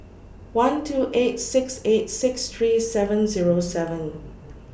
one two eight six eight six three seven Zero seven